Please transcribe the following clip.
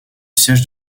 siège